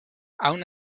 aun